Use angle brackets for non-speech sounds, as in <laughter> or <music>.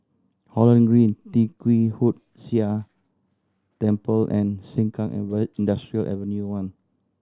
Holland Green Tee Kwee Hood Sia Temple and Sengkang <unintelligible> Industrial Avenue one